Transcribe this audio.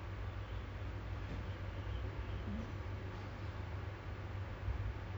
what's that area called ah you know hua yi there I forgot what is it called but ya